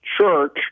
Church